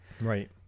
Right